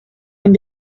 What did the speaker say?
and